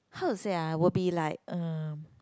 how to say ah will be like um